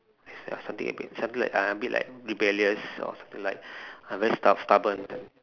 ya something a bit something like I a bit like rebellious or something like very stub~ stubborn